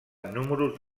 números